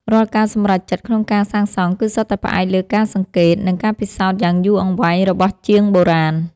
រាល់ការសម្រេចចិត្តក្នុងការសាងសង់គឺសុទ្ធតែផ្អែកលើការសង្កេត និង ការពិសោធន៍យ៉ាងយូរអង្វែងរបស់ជាងបុរាណ។